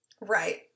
Right